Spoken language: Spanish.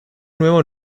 nuevo